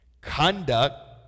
Conduct